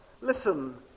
listen